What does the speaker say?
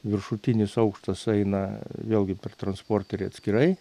viršutinis aukštas eina vėlgi per transporterį atskirai